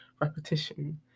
repetition